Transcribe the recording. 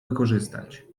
wykorzystać